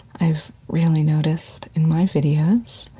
i've really noticed, in my videos,